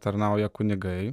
tarnauja kunigai